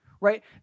Right